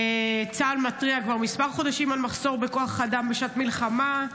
צה"ל מתריע כבר כמה חודשים על מחסור בכוח אדם בשעת מלחמה.